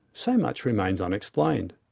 so much remains unexplained.